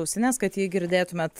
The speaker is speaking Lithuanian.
ausines kad jį girdėtumėt